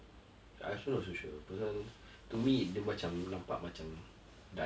I also not so sure pasal to me dia macam nampak macam dancing